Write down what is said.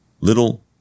Little